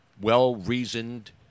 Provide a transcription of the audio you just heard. well-reasoned